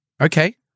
Okay